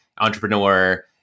entrepreneur